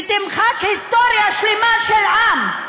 ותמחק היסטוריה שלמה של עם,